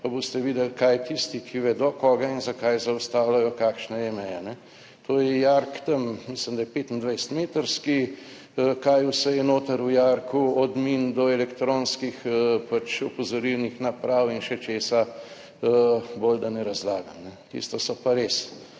pa boste videli kaj tisti, ki vedo koga in zakaj zaustavljajo, kakšna je meja, to je jarek, tam mislim, da je 25-metrski, kaj vse je noter v jarku, od min do elektronskih opozorilnih naprav in še česa, bolj, da ne razlagam. Tisto so pa res